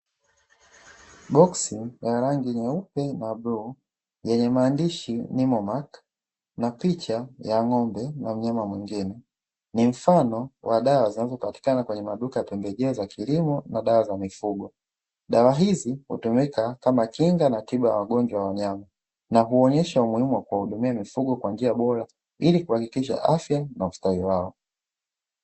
Boksi lenye rangi nyeupe na bluu yenye maandishi ''NIMOMAC'' na picha ya ng’ombe na mnyama mwengine, ni mfano wa dawa zinazopatikana kwenye maduka ya pembejeo za kilimo na mifugo, dawa hizi hutumika kama tiba ya magonjwa ya wanyama na kuonesha kuwahudumia mifugo kwa njia bora ili kuhakikisha afya na ustawi wao.